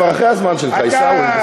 אתה כבר אחרי הזמן שלך, עיסאווי.